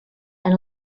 and